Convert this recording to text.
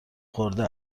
خورده